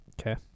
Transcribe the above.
Okay